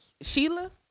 Sheila